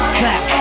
clap